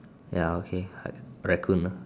ya okay like Raccoon ah